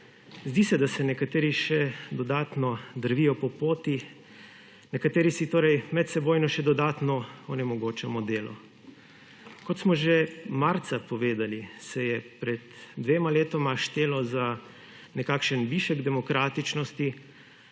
Zdi se, da se nekateri še dodatno drvijo po poti, nekateri si torej medsebojno še dodatno onemogočamo delo. Kot smo že marca povedali, se je pred dvema letoma štelo za nekakšen višek demokratičnosti,